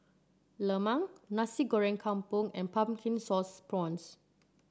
lemang Nasi Goreng Kampung and Pumpkin Sauce Prawns